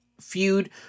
feud